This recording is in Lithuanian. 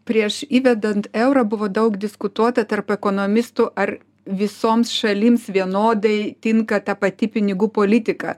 prieš įvedant eurą buvo daug diskutuota tarp ekonomistų ar visoms šalims vienodai tinka ta pati pinigų politika